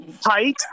height